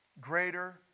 greater